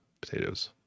potatoes